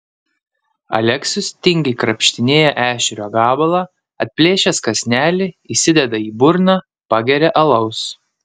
aleksius tingiai krapštinėja ešerio gabalą atplėšęs kąsnelį įsideda į burną pageria alaus